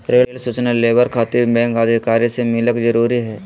Rail सूचना लेबर खातिर बैंक अधिकारी से मिलक जरूरी है?